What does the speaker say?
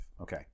okay